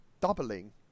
doubling